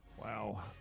Wow